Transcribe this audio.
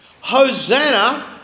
Hosanna